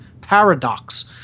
paradox